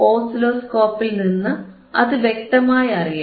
ഓസിലോസ്കോപ്പിൽനിന്ന് അതു വ്യക്തമായി അറിയാം